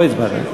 לא הצבעת.